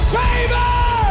favor